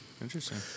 Interesting